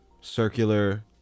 circular